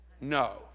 No